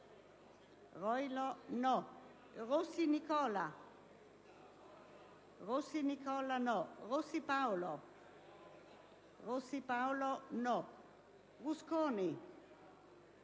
Rossi Nicola, Rossi Paolo,